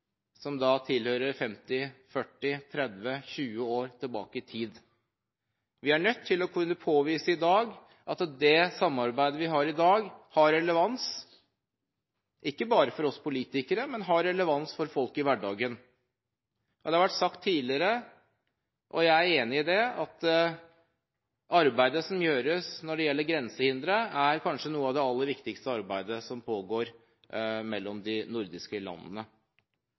50, 40, 30, 20 år tilbake i tid. Vi er nødt til å kunne påvise at det samarbeidet vi har i dag, har relevans – ikke bare for oss politikere, men for folk i hverdagen. Det har vært sagt tidligere – og jeg er enig i det – at arbeidet som gjøres når det gjelder grensehindre, kanskje er noe av det aller viktigste arbeidet som pågår mellom de nordiske landene.